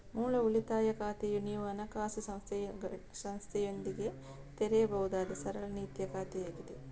ಮೂಲ ಉಳಿತಾಯ ಖಾತೆಯು ನೀವು ಹಣಕಾಸು ಸಂಸ್ಥೆಯೊಂದಿಗೆ ತೆರೆಯಬಹುದಾದ ಸರಳ ರೀತಿಯ ಖಾತೆಯಾಗಿದೆ